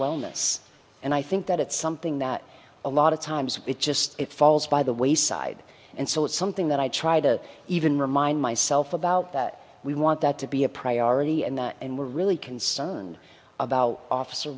wellness and i think that it's something that a lot of times it just falls by the wayside and so it's something that i try to even remind myself about that we want that to be a priority and the and we're really concerned about officer